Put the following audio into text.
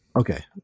okay